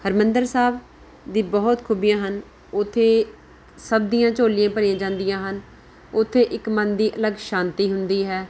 ਹਰਿਮੰਦਰ ਸਾਹਿਬ ਦੀ ਬਹੁਤ ਖੂਬੀਆਂ ਹਨ ਉੱਥੇ ਸਭ ਦੀਆਂ ਝੋਲੀਆਂ ਭਰੀਆਂ ਜਾਂਦੀਆ ਹਨ ਉੱਥੇ ਇੱਕ ਮਨ ਦੀ ਅਲੱਗ ਸ਼ਾਂਤੀ ਹੁੰਦੀ ਹੈ